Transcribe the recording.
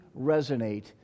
resonate